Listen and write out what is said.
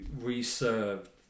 reserved